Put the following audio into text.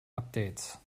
updates